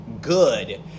good